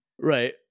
Right